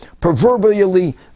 proverbially